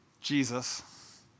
Jesus